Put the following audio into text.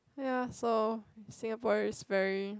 ya so Singaporean is very